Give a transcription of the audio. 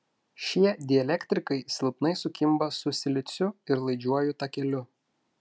šie dielektrikai silpnai sukimba su siliciu ir laidžiuoju takeliu